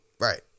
Right